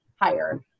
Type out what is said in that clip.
higher